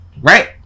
right